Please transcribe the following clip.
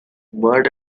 mud